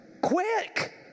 Quick